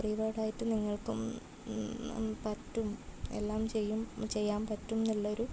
free bird ആയിട്ട് നിങ്ങൾക്കും പറ്റും എല്ലാം ചെയ്യും ചെയ്യാൻ പറ്റും എന്നുള്ളൊരു